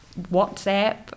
WhatsApp